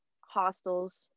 hostels